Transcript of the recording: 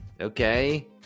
Okay